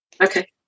Okay